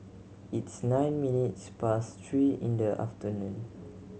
its nine minutes past three in the afternoon